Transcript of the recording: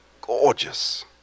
gorgeous